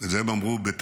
את זה הם אמרו בתימן,